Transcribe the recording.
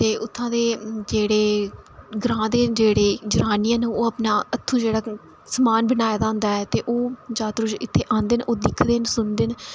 ते उत्थूं दे जेह्ड़े ते ग्रांऽ दे जेह्ड़ियां ओह् जनानियां न ओह् अपना समान बनाए दा होंदा ऐ ते ओह् जात्तरू इत्थै आंदे न सुनदे न